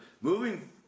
Moving